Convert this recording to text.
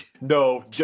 No